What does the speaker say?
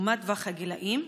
מה טווח הגילים?